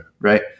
Right